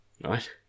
right